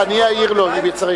כבוד השר, אני אעיר לו אם צריך.